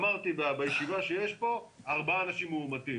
אמרתי שבישיבה, יש ארבעה אנשים מאומתים.